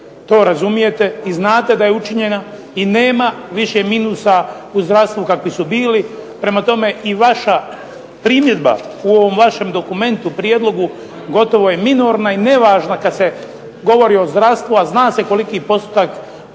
to razumijete, i znate da je učinjena, i nema više minusa u zdravstvu kakvi su bili. Prema tome, i vaša primjedba u ovom vašem dokumentu, prijedlogu gotovo je minorna i nevažna kad se govori o zdravstvu, a zna se koliki postotak od